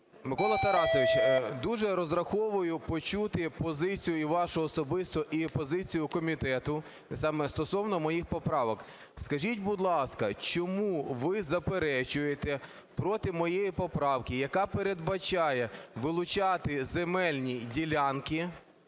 Микола Тарасович, дуже розраховую почути позицію і вашу особисту, і позицію комітету саме стосовно моїх поправок. Скажіть, будь ласка, чому ви заперечуєте проти моєї поправки, яка передбачає вилучати земельні ділянки